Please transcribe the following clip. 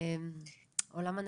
עולם הנפש,